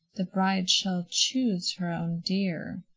the bride shall chuse her own dear.